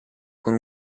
con